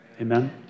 Amen